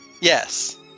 Yes